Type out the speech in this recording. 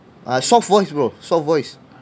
uh soft voice bro soft voice